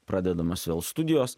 pradedamos vėl studijos